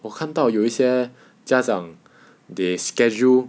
我看到有些家长 they schedule